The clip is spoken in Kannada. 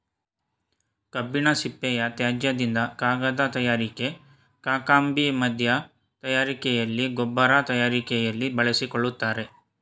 ಕಬ್ಬಿನ ಸಿಪ್ಪೆಯ ತ್ಯಾಜ್ಯದಿಂದ ಕಾಗದ ತಯಾರಿಕೆಗೆ, ಕಾಕಂಬಿ ಮಧ್ಯ ತಯಾರಿಕೆಯಲ್ಲಿ, ಗೊಬ್ಬರ ತಯಾರಿಕೆಯಲ್ಲಿ ಬಳಸಿಕೊಳ್ಳುತ್ತಾರೆ